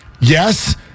yes